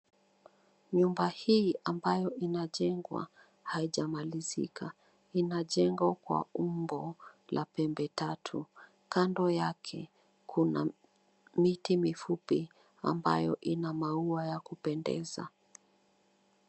Nyumba hii ambayo inajengwa haijamalizika inajengwa kwa umbo la pembe tatu kando yake kuna miti mifupi ambayo ina maua ya kupendeza.